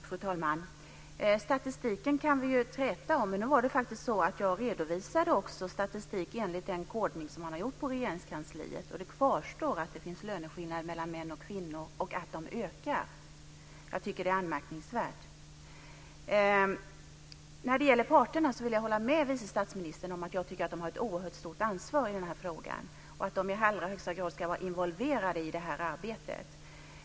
Fru talman! Statistiken kan vi träta om. Jag redovisade statistik enligt den kodning som har gjorts på Regeringskansliet. Det kvarstår att det finns löneskillnader mellan män och kvinnor och att skillnaderna ökar. Det är anmärkningsvärt. Jag håller med vice statsministern om att parterna har ett oerhört stort ansvar i frågan. De ska i allra högsta grad vara involverade i arbetet.